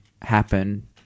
happen